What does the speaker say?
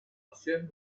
ocean